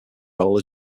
role